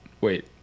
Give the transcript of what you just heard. wait